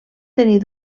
tenir